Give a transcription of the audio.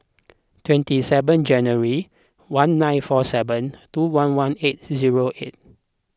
twenty seven January one nine four seven two one one eight zero eight